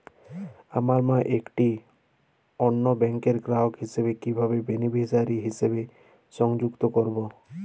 আমার মা একটি অন্য ব্যাংকের গ্রাহক হিসেবে কীভাবে বেনিফিসিয়ারি হিসেবে সংযুক্ত করব?